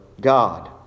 God